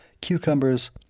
cucumbers